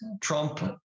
Trump